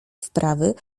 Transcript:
wprawy